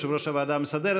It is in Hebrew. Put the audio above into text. יושב-ראש הוועדה המסדרת.